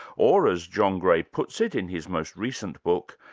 or as john gray puts it in his most recent book,